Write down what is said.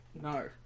No